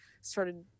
started